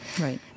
Right